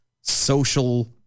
social